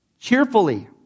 Cheerfully